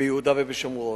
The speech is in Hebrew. ביהודה ובשומרון.